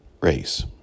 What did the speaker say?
race